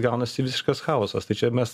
gaunasi visiškas chaosas tai čia mes